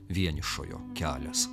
vienišojo kelias